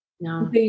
No